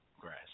grass